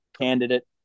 candidate